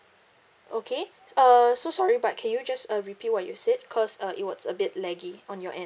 okay err so sorry but can you just uh repeat what you've said cause uh it was a bit laggy on your end